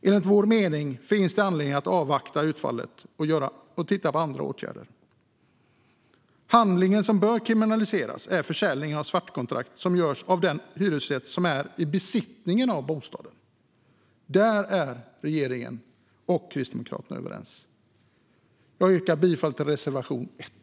Enligt vår mening finns det anledning att avvakta utfallet och titta på andra åtgärder. Handlingen som bör kriminaliseras är försäljningen av svartkontrakt, vilket görs av den hyresgäst som är i besittning av en bostad. Där är regeringen och Kristdemokraterna överens. Jag yrkar bifall till reservation 1.